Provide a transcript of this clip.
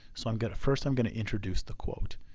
so i'm going to, first i'm going to introduce the quote.